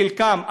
חלקם,